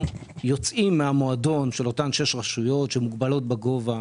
יוצאים מהמועדון של אותן 6 רשויות שמוגבלות בגובה.